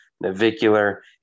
navicular